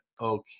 okay